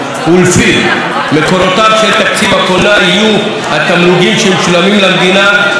שלפיו מקורותיו של תקציב הקולנוע יהיו התמלוגים שמשולמים למדינה לפי